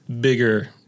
Bigger